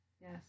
Yes